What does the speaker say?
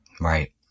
Right